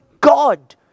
God